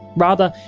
rather,